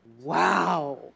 Wow